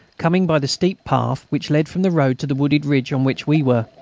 coming by the steep path which led from the road to the wooded ridge on which we were.